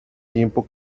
tiempo